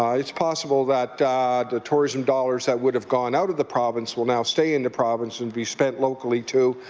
it's possible that the tourism dollars that would have gone out of the province will now stay in the province and be spent locally too.